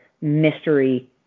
Mystery